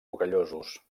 rocallosos